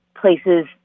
places